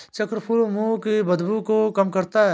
चक्रफूल मुंह की बदबू को कम करता है